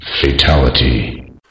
fatality